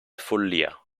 follia